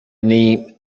name